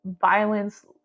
violence